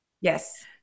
Yes